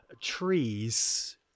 trees